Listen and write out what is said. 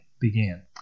began